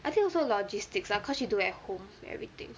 I think also logistics lah cause she do at home everything